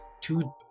two